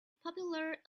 popular